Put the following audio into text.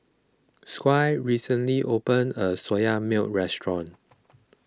Squire recently opened a Soya Milk restaurant